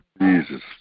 Jesus